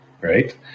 right